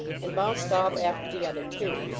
and bounced off after the other two.